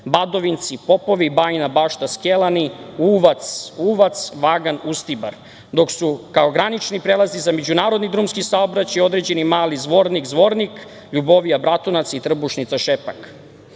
Badovinci – Popovi, Bajina Bašta – Skelani, Uvac – Vagan – Ustibar, dok su kao granični prelazi za međunarodni drumski saobraćaj određeni Mali Zvornik – Zvornik, Ljubovija – Bratunac i Trubušnica – Šepak,